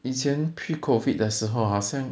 以前 pre COVID 的时候好像